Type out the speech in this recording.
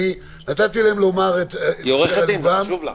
נתתי להם לומר את אשר על ליבם,